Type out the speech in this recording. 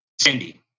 Cindy